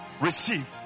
Receive